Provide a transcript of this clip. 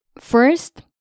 First